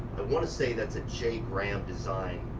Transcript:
but wanna say that's a j graham design.